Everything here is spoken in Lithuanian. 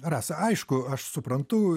rasa aišku aš suprantu